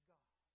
God